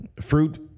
fruit